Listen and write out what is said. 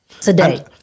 today